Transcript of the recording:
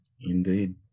indeed